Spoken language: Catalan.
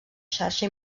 xarxa